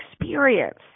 experience